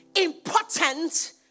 important